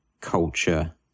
culture